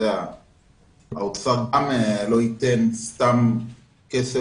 האוצר גם לא ייתן סתם כסף,